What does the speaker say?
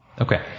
Okay